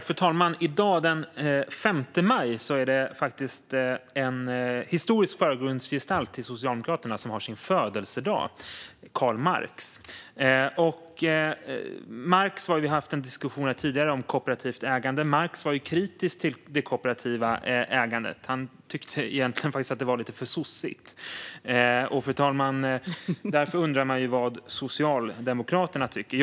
Fru talman! I dag, den 5 maj, är det en historisk förgrundsgestalt för Socialdemokraterna som har födelsedag: Karl Marx. Vi har haft en diskussion tidigare här om kooperativt ägande. Marx var kritisk till det kooperativa ägandet; han tyckte egentligen att det var lite för "sossigt". Därför undrar man, fru talman, vad Socialdemokraterna tycker.